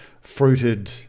fruited